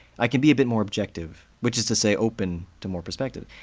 i can be a bit more objective, which is to say open to more perspectives.